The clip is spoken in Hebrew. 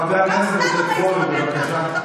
חבר הכנסת עודד פורר, בבקשה.